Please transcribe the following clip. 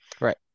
Right